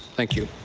thank you.